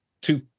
two